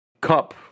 cup